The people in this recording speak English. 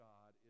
God